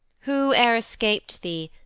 who ere escap'd thee,